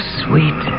sweet